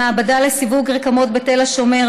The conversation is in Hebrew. מהמעבדה לסיווג רקמות בתל השומר,